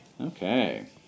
Okay